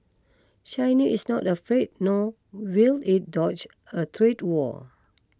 China is not afraid nor will it dodge a trade war